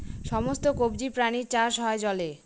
সমস্ত কবজি প্রাণীর চাষ হয় জলে